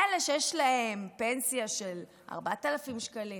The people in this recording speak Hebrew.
אלה שיש להם פנסיה של 4,000 שקלים,